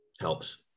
helps